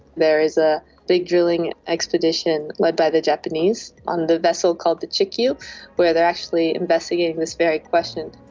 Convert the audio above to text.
there is a big drilling expedition led by the japanese on the vessel called the chikyu where they are actually investigating this very question.